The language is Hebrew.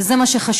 וזה מה שחשוב.